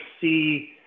see